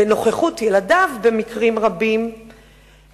בנוכחות ילדיו במקרים רבים,